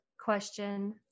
question